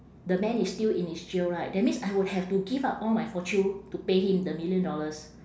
the man is still in his jail right that means I would have to give up all my fortune to pay him the million dollars